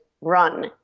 run